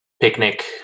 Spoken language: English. picnic